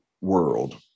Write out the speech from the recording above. world